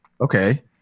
okay